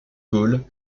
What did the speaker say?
gaulle